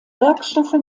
werkstoffe